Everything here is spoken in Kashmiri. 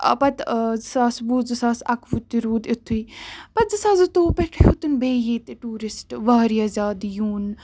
پتہٕ زٕ ساس وُہ زٕ ساس اَکہٕ وُہ تہِ روٗد یِتھُے پَتہٕ زٕ ساس زٕ تووُہ پٮ۪ٹھ ہیٚوٚتُن بیٚیہِ یٚتہِ ٹیورِسٹ واریاہ زیادٕ یُن